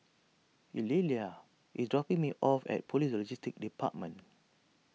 Eulalia is dropping me off at Police Logistics Department